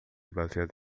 baseada